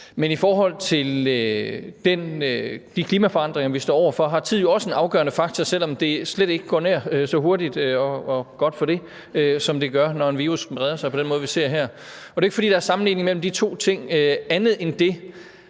I forhold til de klimaforandringer, vi står over for, er tid jo også en afgørende faktor, selv om det slet ikke går nær så hurtigt – og heldigvis for det – som det gør, når en virus breder sig på den måde, vi ser her. Det er jo ikke, fordi der er nogen sammenligning mellem de to ting, andet end at